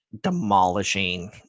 demolishing